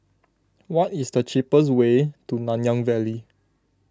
what is the cheaper way to Nanyang Valley